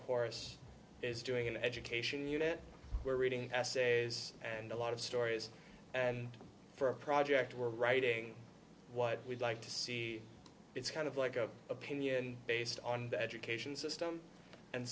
course is doing an education unit we're reading essays and a lot of stories and for a project we're writing what we'd like to see it's kind of like a opinion based on the education system and